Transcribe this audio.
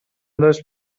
داشت